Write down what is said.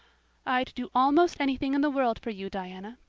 i'd do almost anything in the world for you, diana,